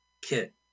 Kit